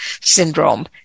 syndrome